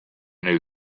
new